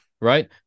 right